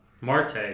Marte